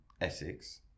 Essex